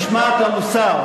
משמעת למוסר.